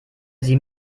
sie